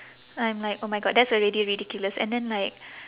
I'm like oh my god that's already ridiculous and then like